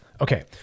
Okay